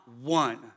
one